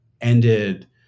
ended